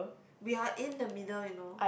we are in the middle you know